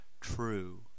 true